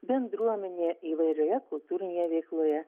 bendruomenėje įvairioje kultūrinėje veikloje